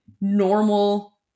normal